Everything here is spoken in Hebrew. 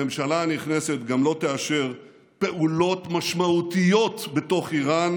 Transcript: הממשלה הנכנסת גם לא תאשר פעולות משמעותיות בתוך איראן